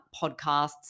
podcasts